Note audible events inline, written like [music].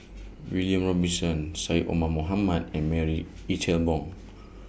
[noise] William Robinson Syed Omar Mohamed and Marie Ethel Bong